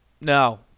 no